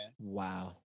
Wow